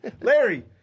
Larry